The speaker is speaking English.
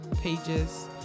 pages